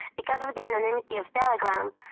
because of the anonymity of telegram,